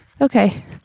Okay